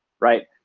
right?